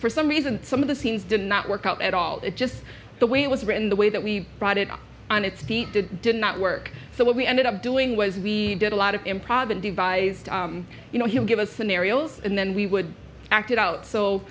for some reason some of the scenes did not work out at all it just the way it was written the way that we brought it up on its feet did did not work so what we ended up doing was we did a lot of improv and devised you know him give us scenarios and then we would act it out so